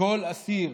כל אסיר